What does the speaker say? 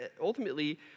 ultimately